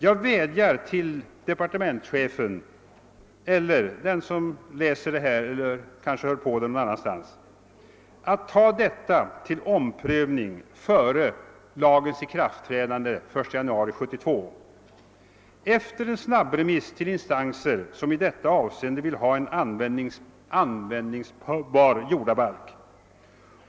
Jag vädjar till departementschefen eller till den, som läser detta eller kanske hört på, att ta detta under omprövning före lagens ikraftträdande före den 1 januari 1972 efter en snabbremiss till instanser som i detta avseende vill ha en användbar jordabalk.